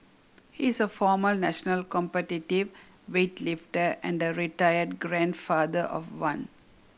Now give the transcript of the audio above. he is a former national competitive weightlifter and a retired grandfather of one